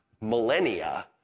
millennia